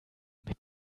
mit